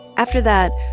after that,